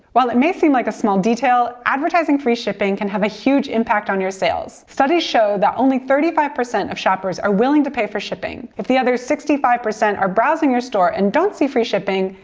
while it may seem like a small detail, advertising free shipping can have a huge impact on your sales. studies show that only thirty five percent of shoppers are willing to pay for shipping. if the other sixty five percent are browsing your store and don't see free shipping,